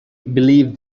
believe